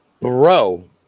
Bro